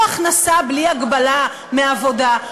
אולי לא הכנסה בלי הגבלה מעבודה,